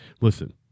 Listen